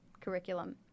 curriculum